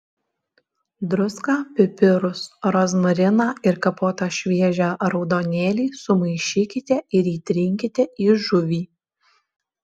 druską pipirus rozmariną ir kapotą šviežią raudonėlį sumaišykite ir įtrinkite į žuvį